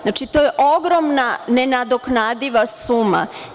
Znači, to je ogromna nenadoknadiva suma.